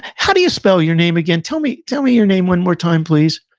how do you spell your name again? tell me tell me your name one more time, please.